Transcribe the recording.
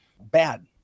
bad